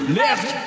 left